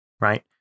right